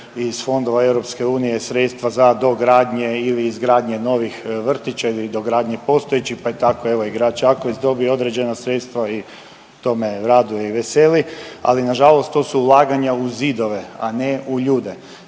iz fondova EU sredstva za dogradnje ili izgradnje novih vrtića ili dogradnje postojećih pa je tako evo i grad Čakovec dobio određena sredstva i to me raduje i veseli, ali nažalost to su ulaganja u zidove, a ne u ljudi.